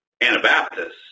Anabaptists